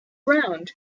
around